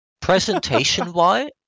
Presentation-wise